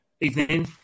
Evening